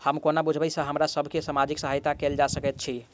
हम कोना बुझबै सँ ककरा सभ केँ सामाजिक सहायता कैल जा सकैत छै?